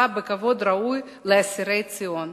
התייחסה בכבוד הראוי לאסירי ציון,